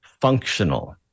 functional